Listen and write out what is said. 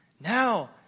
Now